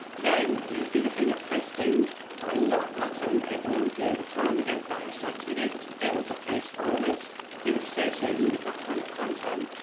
then you would be looking at posting quite a lot of content over a long period of time against that hashtag to enable you to build up those followers who would associate you with that kind of content.